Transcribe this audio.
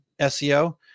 SEO